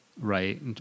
right